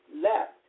left